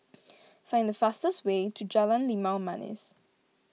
find the fastest way to Jalan Limau Manis